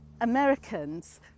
Americans